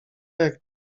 jak